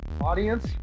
audience